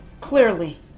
Clearly